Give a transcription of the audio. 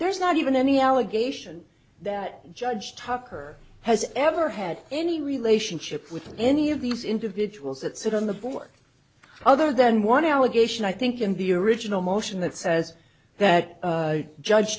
there's not even any allegation that judge tucker has ever had any relationship with any of these individuals that sit on the board other than one allegation i think in the original motion that says that judge